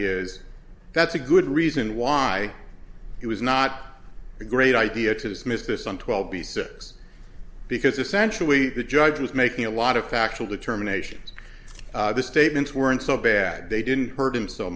is that's a good reason why he was not a great idea to dismiss this on twelve b six because essentially the judge was making a lot of factual determination the statements weren't so bad they didn't hurt him so